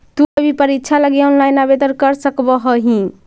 तु कोई भी परीक्षा लगी ऑनलाइन आवेदन कर सकव् हही